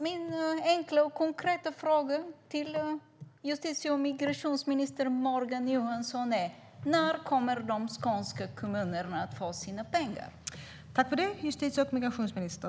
Min enkla och konkreta fråga till justitie och migrationsminister Morgan Johansson är: När kommer de skånska kommunerna att få sina pengar?